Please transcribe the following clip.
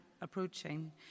approaching